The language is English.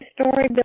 story